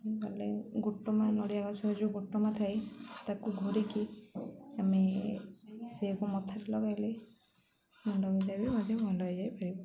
ଗଲେ ଗୋଟମା ନଡ଼ିଆ ଗଛର ଯେଉଁ ଗୋଟମା ଥାଇ ତାକୁ ଘୋରିକି ଆମେ ସେୟାକୁ ମଥାରେ ଲଗାଇଲେ ମୁଣ୍ଡବିନ୍ଧା ବି ମଧ୍ୟ ଭଲ ହେଇଯାଇ ପାରିବ